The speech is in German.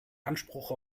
anspruch